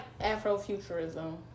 afrofuturism